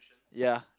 ya